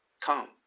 come